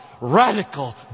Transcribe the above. radical